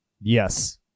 Yes